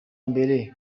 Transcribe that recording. mbere